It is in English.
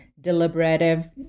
deliberative